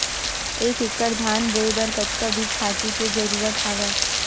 एक एकड़ धान बोय बर कतका बीज खातु के जरूरत हवय?